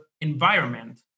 environment